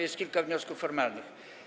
Jest kilka wniosków formalnych.